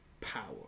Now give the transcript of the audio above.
power